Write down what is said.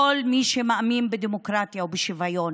כל מי שמאמין בדמוקרטיה ובשוויון,